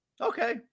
Okay